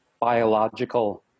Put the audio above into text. biological